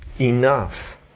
enough